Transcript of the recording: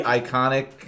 iconic